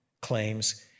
claims